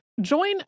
Join